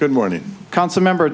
good morning council member